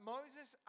Moses